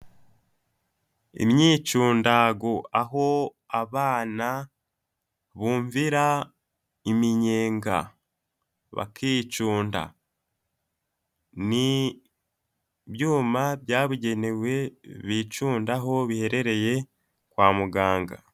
Imyicundago aho abana bumvira iminyenga bakicunda. Ni ibyuma byabugenewe bicundaho biherereye kwa muganga.